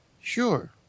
Sure